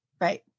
Right